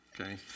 Okay